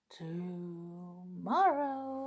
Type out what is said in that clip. tomorrow